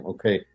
Okay